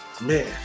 Man